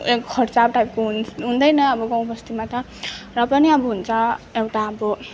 खर्च टाइपको हुन हुँदैन अब गाउँ बस्तीमा त र पनि अब हुन्छ एउटा अब